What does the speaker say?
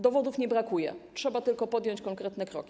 Dowodów nie brakuje, trzeba tylko podjąć konkretne kroki.